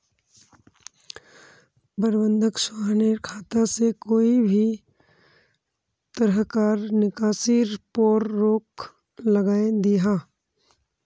प्रबंधक सोहानेर खाता से कोए भी तरह्कार निकासीर पोर रोक लगायें दियाहा